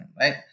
Right